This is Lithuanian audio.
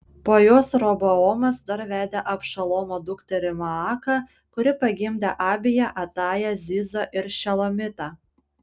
po jos roboamas dar vedė abšalomo dukterį maaką kuri pagimdė abiją atają zizą ir šelomitą